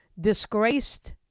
disgraced